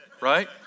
right